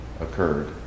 occurred